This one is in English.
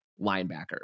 linebacker